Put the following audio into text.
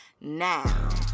now